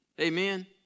Amen